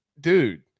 dude